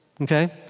Okay